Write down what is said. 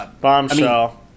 Bombshell